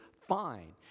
fine